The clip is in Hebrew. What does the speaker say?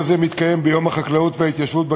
החקלאות וההתיישבות,